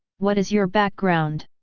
what is your background?